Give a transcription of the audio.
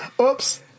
Oops